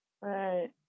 Right